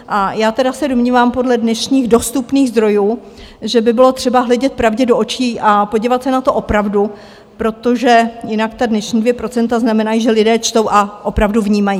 A já tedy se domnívám podle dnešních dostupných zdrojů, že by bylo třeba hledět pravdě do očí a podívat se na to opravdu, protože jinak ta dnešní dvě procenta znamenají, že lidé čtou a opravdu vnímají.